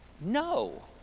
No